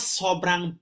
sobrang